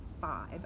five